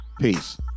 Peace